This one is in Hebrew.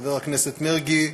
חבר הכנסת מרגי,